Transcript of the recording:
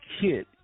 kid